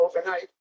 overnight